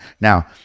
Now